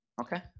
Okay